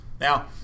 Now